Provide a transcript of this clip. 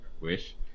wish